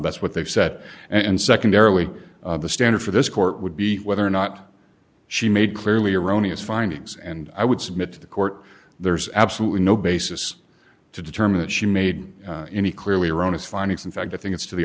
that's what they set and secondarily the standard for this court would be whether or not she made clearly erroneous findings and i would submit to the court there's absolutely no basis to determine that she made any clearly erroneous findings in fact i think it's to the